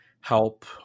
help